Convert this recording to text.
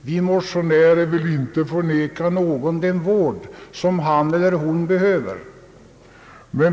Vi motionärer vill inte neka någon den vård som han eller hon behöver.